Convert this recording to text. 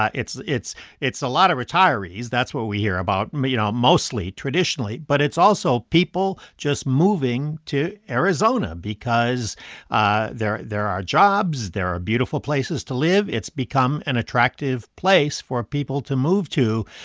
ah it's it's a lot of retirees. that's what we hear about, you know, mostly, traditionally. but it's also people just moving to arizona because ah there there are jobs, there are beautiful places to live. it's become an attractive place for people to move to.